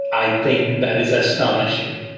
i think that is astonishing.